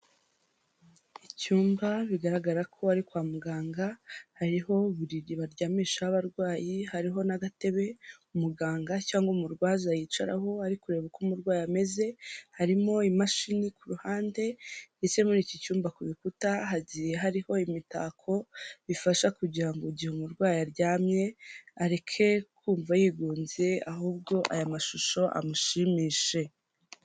Icyumba bigaragara ko ari kwa muganga, hariho uburiri baryamishaho abarwayi, hariho n'agatebe umuganga cyangwa umurwaza yicaraho ari kureba uko umurwayi ameze, harimo imashini ku ruhande ndetse muri iki cyumba ku bikuta hagiye hariho imitako, bifasha kugira ngo igihe umurwayi aryamye areke kumva yigunze ahubwo aya mashusho amushimishe.